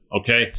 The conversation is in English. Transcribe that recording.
okay